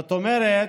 זאת אומרת,